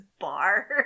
bar